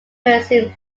piercing